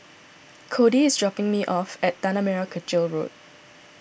Codey is dropping me off at Tanah Merah Kechil Road